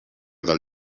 del